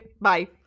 bye